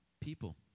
people